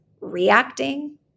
reacting